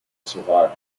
survivor